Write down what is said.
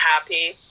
happy